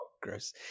gross